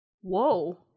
Whoa